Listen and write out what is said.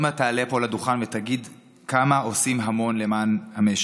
ראשית, ברכות על המינוי.